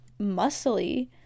muscly